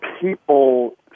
people